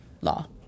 law